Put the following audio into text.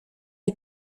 est